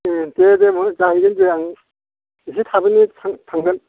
दे दे जाहैगोन दे आं एसे थाबैनो थांगोन